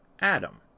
Adam